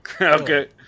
Okay